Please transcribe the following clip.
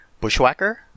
Bushwhacker